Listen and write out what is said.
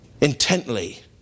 intently